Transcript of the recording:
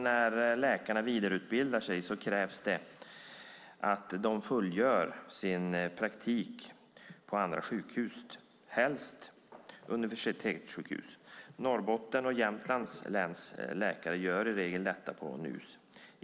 När läkarna vidareutbildar sig krävs det också att de fullgör sin praktik på andra sjukhus, helst universitetssjukhus. Norrbottens och Jämtlands läns läkare gör i regel detta på Nus.